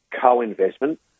co-investment